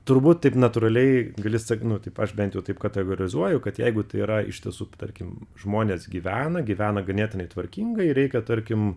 turbūt taip natūraliai gali stagn nu aš bent jau taip kategorizuoju kad jeigu tai yra iš tiesų tarkime žmonės gyvena gyvena ganėtinai tvarkingai reikia tarkim